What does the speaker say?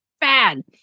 bad